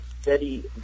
Steady